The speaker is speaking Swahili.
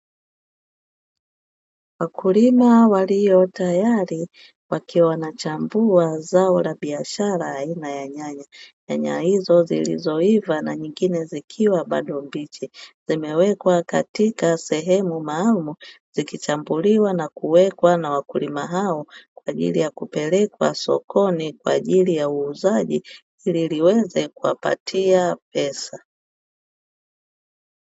Wakulima walio tayari wakiwa wanachambua zao la biashara aina ya nyanya. Nyanya hizo zilizoiva na nyingine zikiwa bado mbichi. Zimewekwa katika sehemu maalumu zikichambuliwa na kuwekwa na wakulima hao kwa ajili ya kupelekwa sokoni kwa ajili ya uuzaji ili liweze kuwapatia pesa.